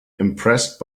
impressed